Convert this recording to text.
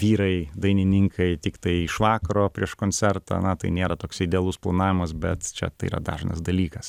vyrai dainininkai tiktai iš vakaro prieš koncertą na tai nėra toks idealus planavimas bet čia tai yra dažnas dalykas